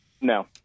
No